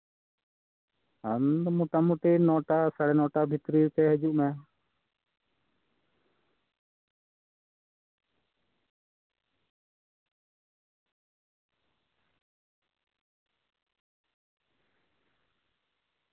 ᱟᱢ ᱫᱚ ᱢᱚᱴᱟᱢᱩᱴᱤ ᱱᱚ ᱴᱟ ᱥᱟᱲᱮ ᱱᱚ ᱴᱟ ᱵᱷᱤᱛᱨᱤ ᱨᱮ ᱦᱤᱡᱩᱜ ᱢᱮ